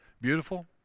Beautiful